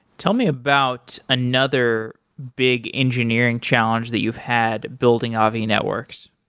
tell me about another big engineering challenge that you've had building avi networks?